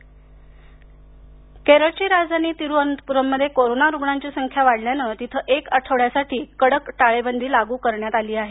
केरळ केरळची राजधानी तिरूवनंतपूरममध्ये कोरोना रुग्णांची संख्या वाढल्यानं तिथं एक आठवड्यासाठी कडक टाळेबंदी लागू करण्यात आली आहे